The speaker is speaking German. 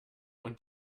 und